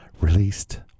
released